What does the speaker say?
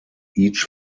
each